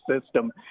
system